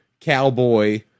cowboy